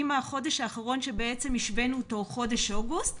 אם החודש האחרון שאותו השווינו הוא חודש אוגוסט,